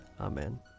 Amen